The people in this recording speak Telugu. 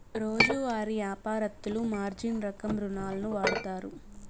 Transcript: రోజువారీ యాపారత్తులు మార్జిన్ రకం రుణాలును వాడుతారు